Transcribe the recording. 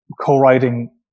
co-writing